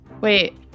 Wait